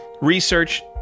research